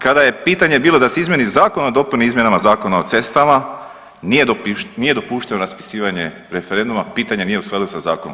Kada je pitanje bilo da se izmijeni zakon o dopuni izmjenama Zakona o cestama, nije dopušteno raspisivanje referenduma, pitanje nije u skladu sa zakonom.